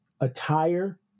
attire